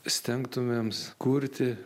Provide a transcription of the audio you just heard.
stengtumėms kurti